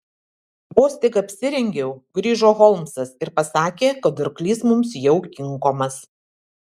vos tik apsirengiau grįžo holmsas ir pasakė kad arklys mums jau kinkomas